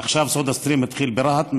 עכשיו סודה סטרים התחיל ברהט,